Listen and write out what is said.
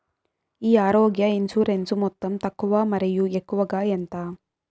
ఈ ఆరోగ్య ఇన్సూరెన్సు మొత్తం తక్కువ మరియు ఎక్కువగా ఎంత?